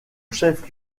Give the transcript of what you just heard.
chef